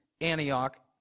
Antioch